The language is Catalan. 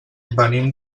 venim